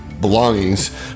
belongings